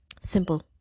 simple